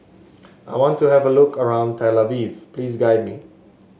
I want to have a look around Tel Aviv please guide me